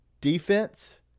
defense